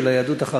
של היהדות החרדית.